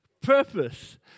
Purpose